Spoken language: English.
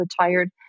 retired